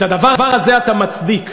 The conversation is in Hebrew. את הדבר הזה אתה מצדיק.